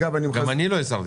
גם אני לא הסרתי